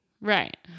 Right